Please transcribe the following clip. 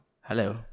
hello